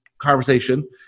conversation